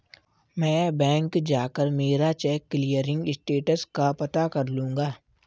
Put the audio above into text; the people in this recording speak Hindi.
मैं बैंक जाकर मेरा चेक क्लियरिंग स्टेटस का पता कर लूँगा